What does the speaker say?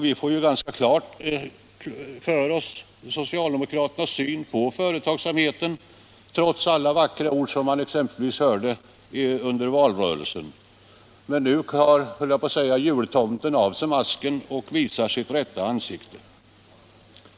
Vi får ganska klart för oss socialdemokraternas syn på egenföretagarna trots deras vackra ord under valrörelsen. Men nu tar jultomten av sig masken och visar sitt rätta ansikte.